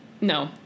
No